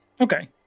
Okay